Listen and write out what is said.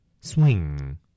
Swing